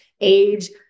age